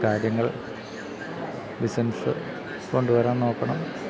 കാര്യങ്ങൾ ബിസിനസ് കൊണ്ടുവരാൻ നോക്കണം